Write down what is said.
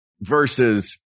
versus